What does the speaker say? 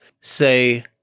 say